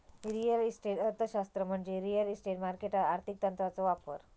real estate अर्थशास्त्र म्हणजे real estate मार्केटात आर्थिक तंत्रांचो वापर